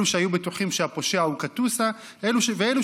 אלה שהיו בטוחים שהפושע הוא קטוסה ואלה